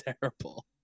terrible